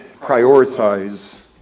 prioritize